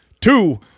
two